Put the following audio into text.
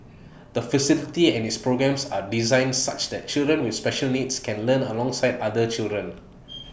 the facility and its programmes are designed such that children with special needs can learn alongside other children